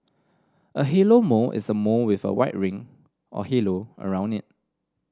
a halo mole is a mole with a white ring or halo around it